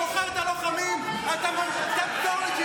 --- חבר הכנסת יוראי להב הרצנו, קריאה שנייה.